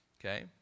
Okay